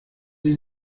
sie